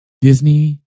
disney